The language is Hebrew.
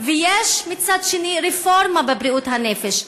יש מצד שני רפורמה בבריאות הנפש.